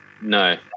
No